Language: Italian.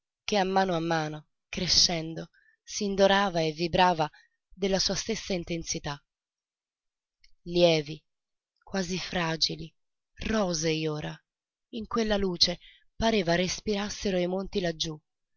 che a mano a mano crescendo s'indorava e vibrava della sua stessa intensità lievi quasi fragili rosei ora in quella luce pareva respirassero i monti laggiú